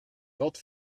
dort